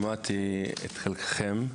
שמעתי את חלקכם.